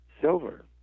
silver